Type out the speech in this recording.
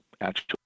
actual